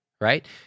right